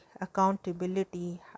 accountability